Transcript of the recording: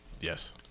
Yes